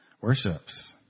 worships